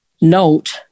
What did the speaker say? note